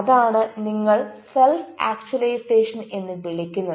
അതാണ് നിങ്ങൾ self actualisation എന്ന് വിളിക്കുന്നത്